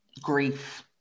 grief